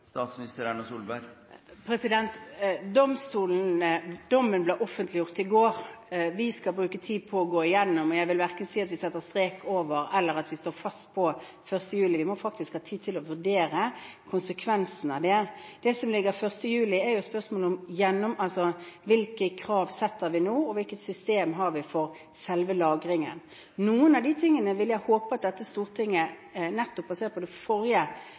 Dommen ble offentliggjort i går. Vi skal bruke tid på å gå igjennom den. Jeg vil verken si at vi setter strek, eller at vi står fast på 1. juli. Vi må faktisk ha tid til å vurdere konsekvensene av den. Det som ligger til 1. juli, er spørsmålet om hvilke krav vi setter nå og hvilket system vi har for selve lagringen. Noen av de tingene vil jeg håpe at er ønskelig i dette Stortinget, nettopp basert på det forrige